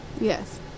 Yes